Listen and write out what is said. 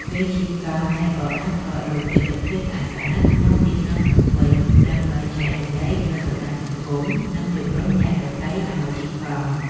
ពេលជិះកង់អ្នកក៏អាចថតរូបទេសភាពស្អាតៗក្នុងទីក្រុងភ្នំពេញ ដើម្បីចែករំលែកលើបណ្ដាញសង្គម និងជម្រុញអ្នកដទៃឱ្យជិះកង់។